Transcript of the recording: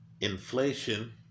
inflation